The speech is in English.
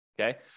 okay